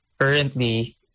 Currently